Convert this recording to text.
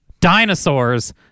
dinosaurs